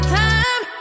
time